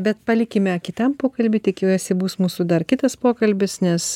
bet palikime kitam pokalbiui tikiuosi bus mūsų dar kitas pokalbis nes